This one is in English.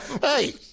Hey